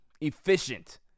Efficient